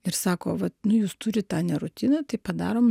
ir sako vat nu jūs turit tą ne rutiną tai padarom